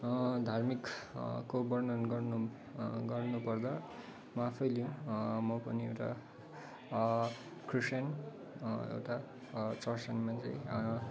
धार्मिक को वर्णन गर्नु गर्नुपर्दा म आफैँले मपनि एउटा क्रिस्तान एउटा चर्च जाने मान्छे